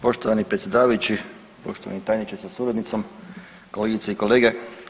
Poštovani predsjedavajući, poštovani tajniče sa suradnicom, kolegice i kolege.